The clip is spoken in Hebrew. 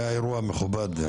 עזיז, היה אירוע מכובד.